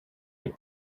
get